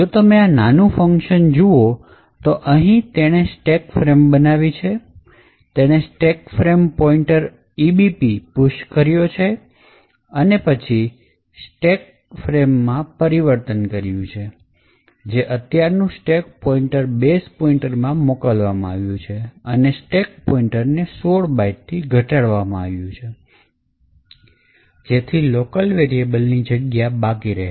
જો તમે આ નાનુ ફંકશન જુઓ તો અહીંયા તેણે સ્ટેક ફ્રેમ બનાવી છે તેણે stack frame pointer EBP push કર્યો છે અને પછી ટેક પ્રેમમાં પરિવર્તન કર્યું છે કે જે અત્યારનું stake પોઇન્ટર base પોઇન્ટર માં મોકલવામાં આવ્યું છે અને સ્ટેક પોઈન્ટર ને ૧૬ બાઇટથી ઘટાડવામાં આવ્યું છે કે જેથી local variable ની જગ્યા બાકી રહે